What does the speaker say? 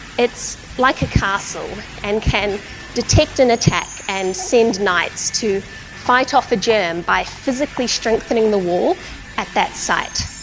it's like a castle and can detect an attack and send knights to fight off a germ by physically strengthening the wall at that site.